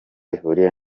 ihuriye